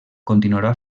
continuarà